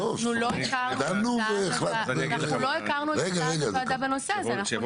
אנחנו לא הכרנו את עמדת הוועדה בנושא הזה --- רגע,